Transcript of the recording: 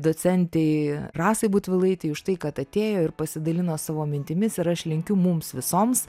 docentei rasai butvilaitei už tai kad atėjo ir pasidalino savo mintimis ir aš linkiu mums visoms